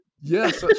Yes